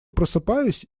просыпаюсь